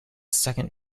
second